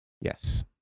Yes